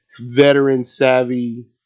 veteran-savvy